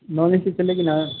non A C चलेगी ना